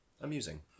amusing